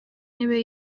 ntebe